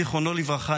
זיכרונו לברכה,